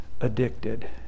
addicted